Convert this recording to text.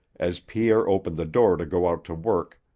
as pierre opened the door to go out to work,